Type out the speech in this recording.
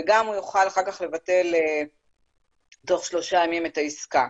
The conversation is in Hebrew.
וגם הוא יוכל אחר כך לבטל תוך שלושה ימים את העסקה.